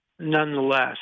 Nonetheless